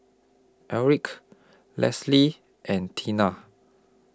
Erick Lesley and Tina